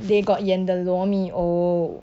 they got 演 the 罗密欧